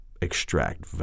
extract